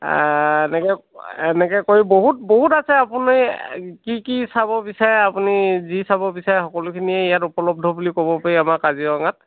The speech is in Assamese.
এনেকৈ এনেকৈ কৰি বহুত বহুত আছে আপুনি কি কি চাব বিচাৰে আপুনি যি চাব বিচাৰে সকলোখিনিয়েই ইয়াত উপলব্ধ বুলি ক'ব পাৰি আমাৰ কাজিৰঙাত